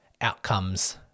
outcomes